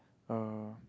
uh